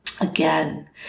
Again